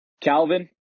Calvin